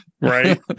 Right